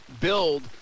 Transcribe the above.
build